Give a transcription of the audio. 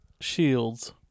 shields